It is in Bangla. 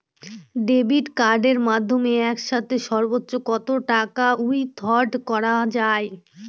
ডেবিট কার্ডের মাধ্যমে একসাথে সর্ব্বোচ্চ কত টাকা উইথড্র করা য়ায়?